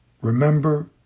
Remember